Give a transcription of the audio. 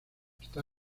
está